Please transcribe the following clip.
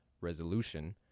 resolution